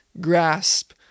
grasp